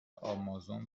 آمازون